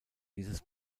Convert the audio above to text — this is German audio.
dieses